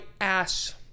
ass